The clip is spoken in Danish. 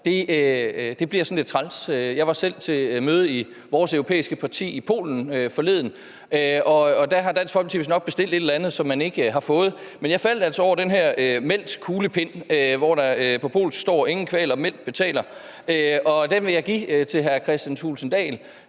får, bliver sådan lidt træls. Jeg var selv til møde i vores europæiske parti i Polen forleden, og der har Dansk Folkeparti vistnok bestilt et eller andet, som man ikke har fået. Men jeg faldt altså over den her Meldkuglepen, hvorpå der på polsk står: Ingen kvaler, Meld betaler. Den vil jeg give til hr. Kristian Thulesen